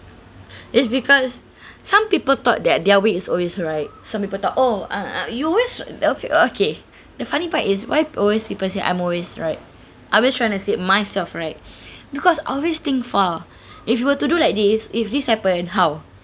is because some people thought that their way is always right some people thought oh uh uh your ways uh okay okay the funny part is why always people say I'm always right are we trying to say myself right because I always think far if you were to do like this if this happen how